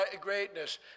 greatness